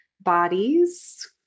bodies